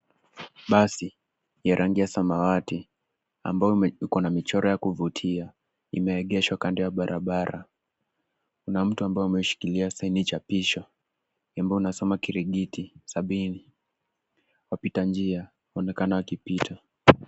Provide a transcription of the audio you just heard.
Basi ya rangi ya samawati ambayo iko na michoro ya kuvutia imeegeshwa kando ya barabara. Kuna mtu ambaye ameshikilia saini chapisho ambayo inasoma Kirigiti sabini. Wapita njia wanaonekana wakipita.